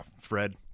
fred